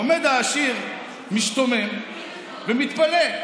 עומד העשיר, משתומם ומתפלא.